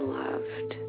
loved